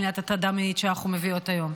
למניעת הטרדה מינית שאנחנו מביאות היום.